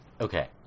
Okay